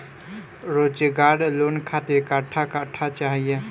रोजगार लोन खातिर कट्ठा कट्ठा चाहीं?